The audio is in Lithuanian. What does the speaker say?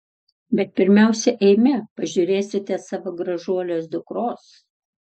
bet pirmiausia eime pažiūrėsite savo gražuolės dukros